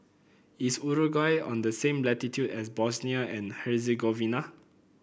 is Uruguay on the same latitude as Bosnia and Herzegovina